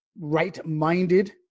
right-minded